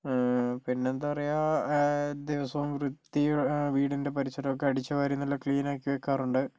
പിന്നെന്താ പറയുക ദിവസവും വൃത്തി വീടിൻ്റെ പരിസരമൊക്കെ അടിച്ചുവാരി നല്ല ക്ലീനാക്കി വെക്കാറുണ്ട്